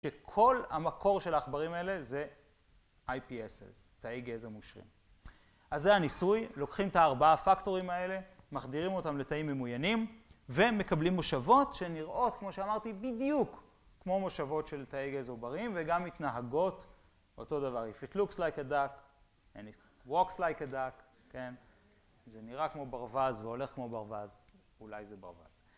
שכל המקור של העכברים האלה זה IPSS, תאי גזע מושרים. אז זה הניסוי, לוקחים את הארבעה הפקטורים האלה, מחדירים אותם לתאים ממויינים ומקבלים מושבות שנראות, כמו שאמרתי, בדיוק כמו מושבות של תאי גזע עובריים, וגם מתנהגות אותו דבר. If it looks like a duck and it walks like a duck, כן? אם זה נראה כמו ברווז והולך כמו ברווז, אולי זה ברווז.